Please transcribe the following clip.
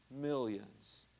millions